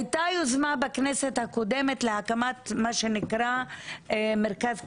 הייתה יוזמה בכנסת הקודמת להקמת מרכז כת"ף,